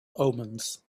omens